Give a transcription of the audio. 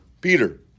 Peter